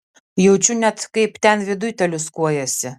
jaučiu net kaip ten viduj teliūskuojasi